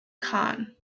khan